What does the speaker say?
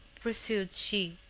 pursued she,